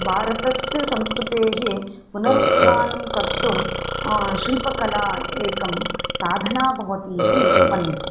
भारतस्य संस्कृतेः पुनरुत्थानं कर्तुं शिल्पकला एका साधना भवति इति मन्यते